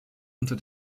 unter